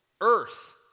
earth